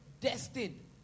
destined